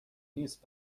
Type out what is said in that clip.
نیست